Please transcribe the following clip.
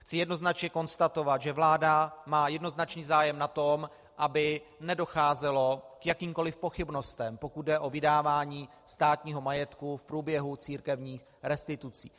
Chci jednoznačně konstatovat, že vláda má jednoznačný zájem na tom, aby nedocházelo k jakýmkoliv pochybnostem, pokud jde o vydávání státního majetku v průběhu církevních restitucí.